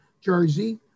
Jersey